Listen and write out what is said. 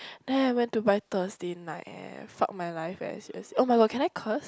then I went to buy Thursday night eh fuck my life eh seriously [oh]-my-god can I curse